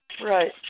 Right